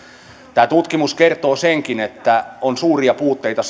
tämä tutkimus kertoo senkin että on suuria puutteita